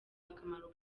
akamaro